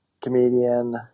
comedian